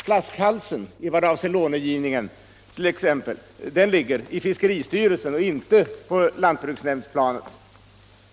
Flaskhalsen vad avser långivningen t.ex. ligger i fiskeristyrelsen och inte på lantbruksnämndsplanet.